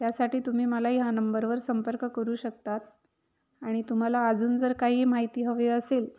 त्यासाठी तुम्ही मला ह्या नंबरवर संपर्क करू शकतात आणि तुम्हाला अजून जर काही माहिती हवी असेल